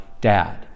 Dad